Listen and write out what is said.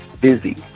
busy